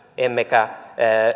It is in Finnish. emmekä